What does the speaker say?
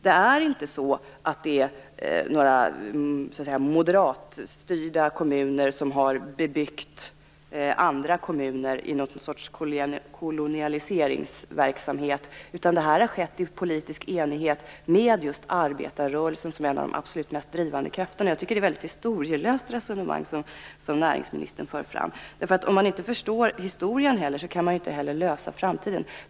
Det är inte så att det är några moderatstyrda kommuner som har bebyggt andra kommuner i någon sorts kolonialiseringsverksamhet. Detta har skett i politisk enighet med arbetarrörelsen som en av de absolut mest drivande krafterna. Det är ett väldigt historielöst resonemang som näringsministern för fram. Om man inte förstår historien kan man inte heller lösa framtidens problem.